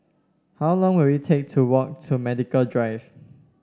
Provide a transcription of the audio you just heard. how long will it take to walk to Medical Drive